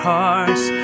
Hearts